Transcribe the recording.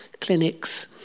clinics